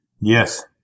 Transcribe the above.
Yes